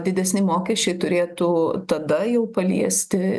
didesni mokesčiai turėtų tada jau paliesti